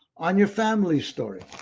on your family story.